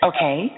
Okay